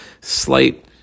slight